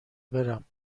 برم